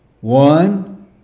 one